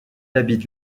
habite